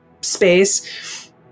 space